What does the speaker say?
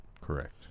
Correct